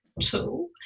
tool